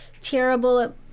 terrible